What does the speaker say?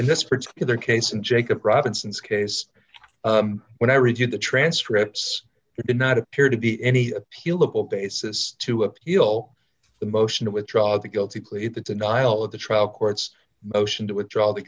in this particular case and jacob robinson's case when i read you the transcripts it did not appear to be any appealable basis to appeal the motion to withdraw the guilty plea in the denial of the trial court's motion to withdraw the